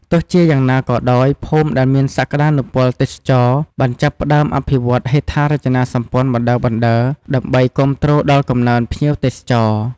ទោះជាយ៉ាងណាក៏ដោយ ភូមិដែលមានសក្តានុពលទេសចរណ៍បានចាប់ផ្តើមអភិវឌ្ឍហេដ្ឋារចនាសម្ព័ន្ធបណ្តើរៗ ដើម្បីគាំទ្រដល់កំណើនភ្ញៀវទេសចរ។